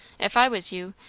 if i was you,